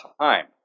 time